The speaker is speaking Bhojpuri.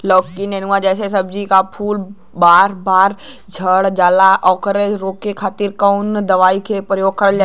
लौकी नेनुआ जैसे सब्जी के फूल बार बार झड़जाला ओकरा रोके खातीर कवन दवाई के प्रयोग करल जा?